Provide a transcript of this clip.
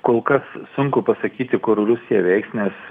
kol kas sunku pasakyti kur rusija veiks nes